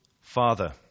Father